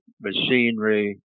machinery